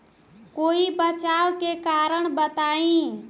कोई बचाव के कारण बताई?